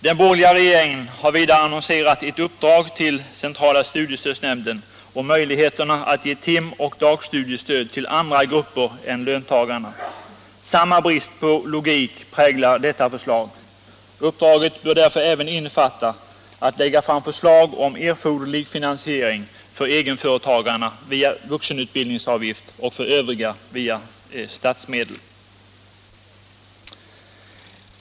Den borgerliga regeringen har vidare annonserat ett uppdrag till centrala studiestödsnämnden om möjligheterna att ge tim och dagstudiestöd till andra grupper än löntagarna. Samma brist på logik präglar detta förslag. Uppdraget bör därför även innefatta att lägga fram förslag om erforderlig finansiering, för egenföretagare via vuxenutbildningsavgift och för övriga via statsmedel.